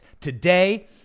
today